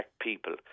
people